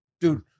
Dude